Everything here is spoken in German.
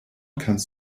kannst